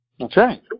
Okay